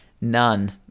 None